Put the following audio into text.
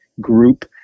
group